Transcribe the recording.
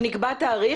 שנקבע תאריך,